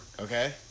Okay